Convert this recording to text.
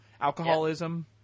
alcoholism